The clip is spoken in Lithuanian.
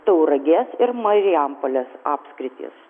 tauragės ir marijampolės apskritys